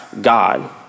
God